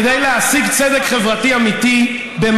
כדי להשיג צדק חברתי במעשים,